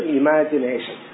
imagination